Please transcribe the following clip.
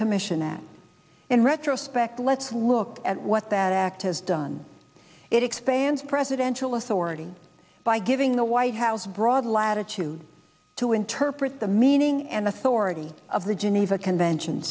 commission that in retrospect let's look at what that act has done it expands presidential authority by giving the white house broad latitude to interpret the meaning and authority of the geneva convention